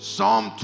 Psalm